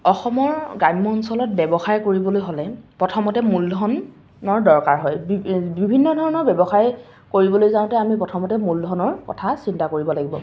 অসমৰ গ্ৰাম্য অঞ্চলত ব্যৱসায় কৰিবলৈ হ'লে প্ৰথমতে মূলধনৰ দৰকাৰ হয় বিভিন্ন ধৰণৰ ব্যৱসায় কৰিবলৈ যাওঁতে আমি প্ৰথমতে মূলধনৰ কথা চিন্তা কৰিব লাগিব